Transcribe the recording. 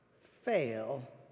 fail